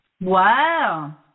Wow